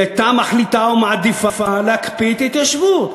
היא הייתה מחליטה ומעדיפה להקפיא את ההתיישבות.